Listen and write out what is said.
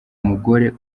mugore